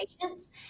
patients